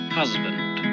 husband